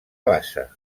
bassa